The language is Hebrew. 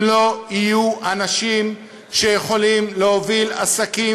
אם לא יהיו אנשים שיכולים להוביל עסקים